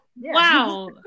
wow